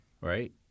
right